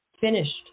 finished